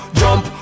jump